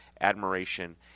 admiration